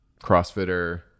crossfitter